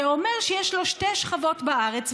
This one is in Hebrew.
זה אומר שיש לו שתי שכבות בארץ,